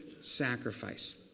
sacrifice